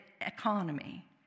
economy